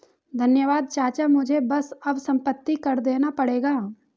धन्यवाद चाचा मुझे बस अब संपत्ति कर देना पड़ेगा